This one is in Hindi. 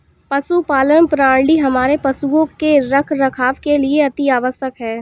पशुपालन प्रणाली हमारे पशुओं के रखरखाव के लिए अति आवश्यक है